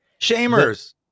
Shamers